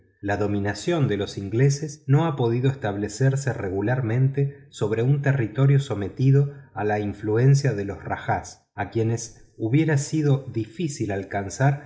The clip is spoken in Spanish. la dominación de los ingleses no ha podido establecerse regularmente sobre un territorio sometido a la influencia de los rajáes a quienes hubiera sido difícil alcanzar